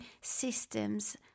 systems